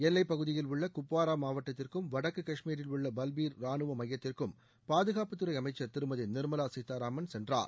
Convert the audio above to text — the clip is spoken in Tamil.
எல்லைப்பகுதியில் உள்ள குப்வாரா மாவட்டத்திற்கும் வடக்கு கஷ்மீரில் உள்ள பல்பீர் ரானுவ மையத்திற்கும் பாதுகாப்புத்துறை அமைச்சர் திருமதி நிர்மலா சீதாராமன் சென்றார்